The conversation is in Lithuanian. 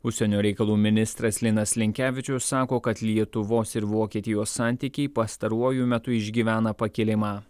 užsienio reikalų ministras linas linkevičius sako kad lietuvos ir vokietijos santykiai pastaruoju metu išgyvena pakilimą